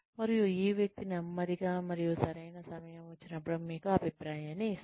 మరియు ఈ వ్యక్తి నెమ్మదిగా మరియు సరైన సమయం వచ్చినప్పుడు మీకు అభిప్రాయాన్ని ఇస్తారు